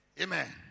Amen